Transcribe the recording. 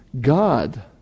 God